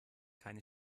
keine